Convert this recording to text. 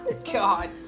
God